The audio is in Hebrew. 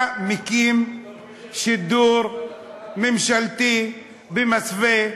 אתה מקים שידור ממשלתי במסווה,